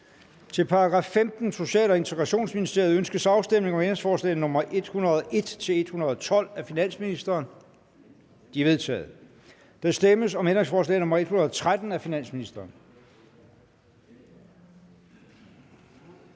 Til § 15. Social- og Integrationsministeriet. Ønskes afstemning om ændringsforslag nr. 101-112 af finansministeren? De er vedtaget. Der stemmes om ændringsforslag nr. 113 af finansministeren.